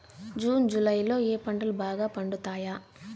June July లో ఏ పంటలు బాగా పండుతాయా?